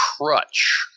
Crutch